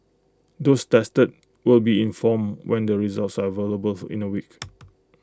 those tested will be informed when the results are available in A week